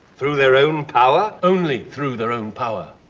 through their own power? only through their own power.